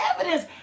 evidence